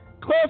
Cliff